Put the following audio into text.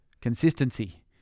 consistency